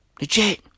Legit